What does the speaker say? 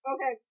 Okay